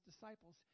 disciples